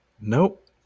Nope